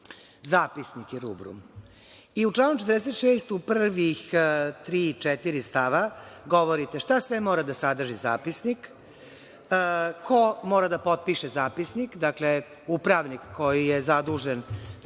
je rubrum. I u članu 46. u prvih tri, četiri stava govorite šta sve mora da sadrži zapisnik, ko mora da potpiše zapisnik, dakle, upravnik koji je zadužen